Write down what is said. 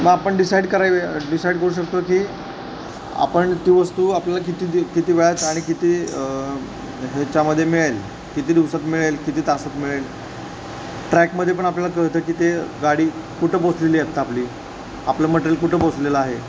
मग आपण डिसाईड करावे डिसाईड करू शकतो की आपण ती वस्तू आपल्याला किती दि किती वेळात आणि किती ह्याच्यामध्ये मिळेल किती दिवसात मिळेल किती तासात मिळेल ट्रॅकमध्ये पण आपल्याला कळतं की ते गाडी कुठं पोचलेली आहे आत्ता आपली आपलं मटेरियल कुठं पोहोचलेलं आहे